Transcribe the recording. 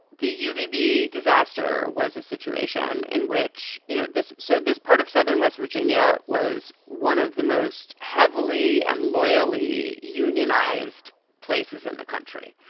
the uvb disaster was a situation in which, you know, this. so this part of southern west virginia was one of the most heavily and loyally unionized places in the country.